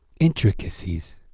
intricacies.